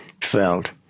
felt